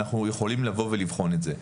אנחנו יכולים לבוא ולבחון את זה.